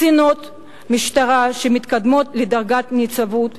קצינות משטרה שמתקדמות לדרגת נציבות.